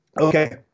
Okay